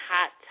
Hot